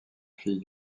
fille